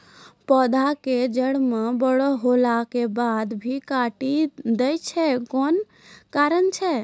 पौधा के जड़ म बड़ो होला के बाद भी काटी दै छै कोन कारण छै?